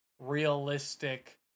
realistic